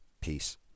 Peace